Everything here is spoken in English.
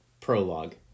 Prologue